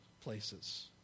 places